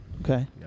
Okay